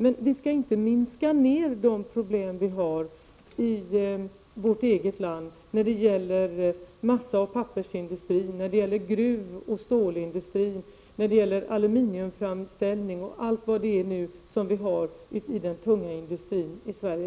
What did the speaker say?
Men vi skall inte minska ned de problem vi har i vårt eget land när det gäller massaoch pappersindustrin, gruvoch stålindustrin, aluminiumframställningen och allt vad vi har inom den tunga industrin.